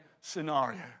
scenario